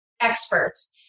experts